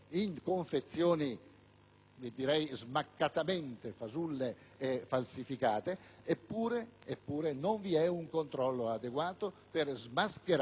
direi smaccatamente fasulle, falsificate, eppure non vi è un controllo adeguato per smascherare queste forme di frode,